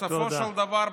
בסופו של דבר,